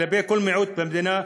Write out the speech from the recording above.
כלפי כל מיעוט במדינה,